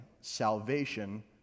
salvation